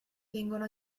vengono